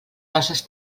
basses